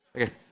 Okay